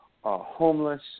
homeless